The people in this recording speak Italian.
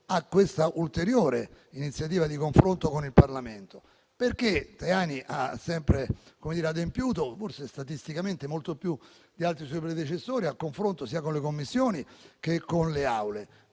a questa ulteriore iniziativa di confronto con il Parlamento. Il ministro Tajani ha infatti sempre adempiuto, forse statisticamente molto più di altri suoi predecessori, al confronto sia con le Commissioni, sia con le